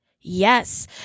yes